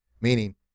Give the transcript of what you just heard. Meaning